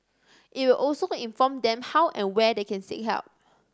it will also inform them how and where they can seek help